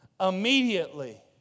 Immediately